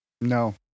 No